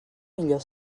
millor